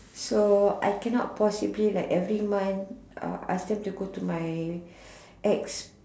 so I cannot possibly like every month uh ask them go to my ex